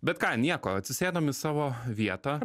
bet ką nieko atsisėdom į savo vietą